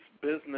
business